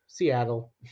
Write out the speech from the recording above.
Seattle